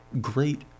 great